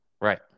right